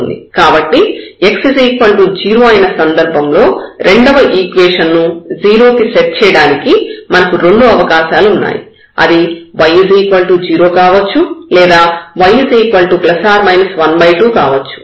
కాబట్టి x 0 అయిన సందర్భంలో రెండవ ఈక్వేషన్ ను 0 కి సెట్ చేయడానికి మనకు రెండు అవకాశాలు ఉన్నాయి అవి y 0 కావచ్చు లేదా y ±12 కావచ్చు